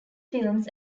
films